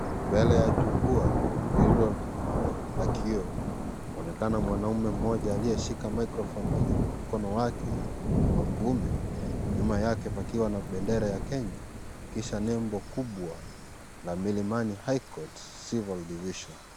Mbele ya jukwaa lililo la kioo inaonekana mwanaume mmoja aliyeshika micro phone kwenye mkono wake wa kiume nyuma yake pakiwa na bendera ya Kenya kisha nembo kubwa la Milimami High Court civil division.